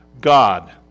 God